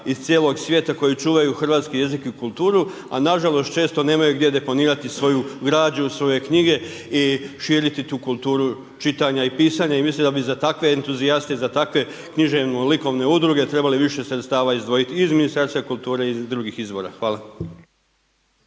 iz cijelog svijeta, koji čuvaju hrvatski jezik i kulturu, a nažalost, često nemaju gdje deponirati svoju građu, svoje knjige, i širiti tu kulturu čitanja i pisanja i mislim da bi za takve entuzijaste i za takve književno likovne udruge, trebali više sredstva izdvojiti iz Ministarstva kulture i iz drugih izvora. Hvala.